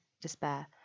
despair